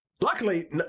luckily